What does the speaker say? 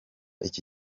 iki